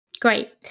Great